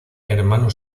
hermano